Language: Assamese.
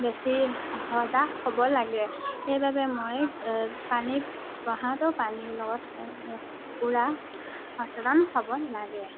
বেছি সজাগ হ'ব লাগে সেইবাবে মই পানী বহাওঁতেও পানী লগত পূৰা সচেতন হ'ব লাগে